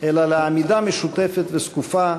אלא לעמידה משותפת וזקופה,